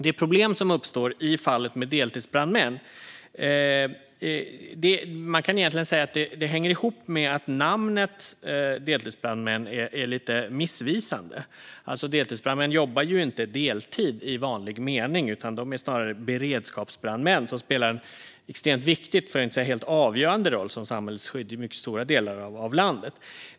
Det problem som uppstår i fallet med deltidsbrandmän kan man säga hänger ihop med att namnet deltidsbrandmän är lite missvisande. Deltidsbrandmän jobbar ju inte deltid i vanlig mening, utan de är snarare beredskapsbrandmän som spelar en extremt viktig, för att inte säga helt avgörande, roll för samhällets skydd i mycket stora delar av landet.